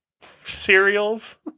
cereals